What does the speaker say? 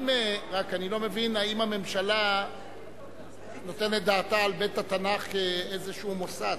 רק אני לא מבין האם הממשלה נותנת דעתה על בית-התנ"ך כאיזשהו מוסד.